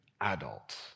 adults